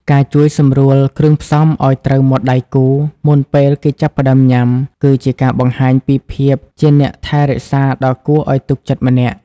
ការជួយសម្រួលគ្រឿងផ្សំឱ្យត្រូវមាត់ដៃគូ មុនពេលគេចាប់ផ្តើមញ៉ាំ គឺជាការបង្ហាញពីភាពជាអ្នកថែរក្សាដ៏គួរឱ្យទុកចិត្តម្នាក់។